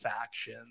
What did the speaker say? faction